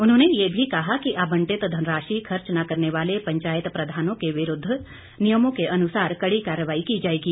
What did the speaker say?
उन्होंने ये भी कहा कि आवंटित धनराशि खर्च न करने वाले पंचायत प्रधानों के विरूद्ध नियमों के अनुसार कड़ी कार्रवाई की जाएगी